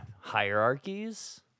hierarchies